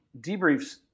debriefs